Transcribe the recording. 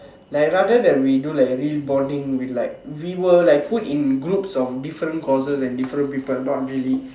like I rather that we do like real boarding like real world like put in groups of different courses and different people not really